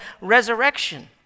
resurrection